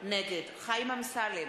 נגד חיים אמסלם,